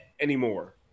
anymore